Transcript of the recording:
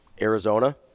Arizona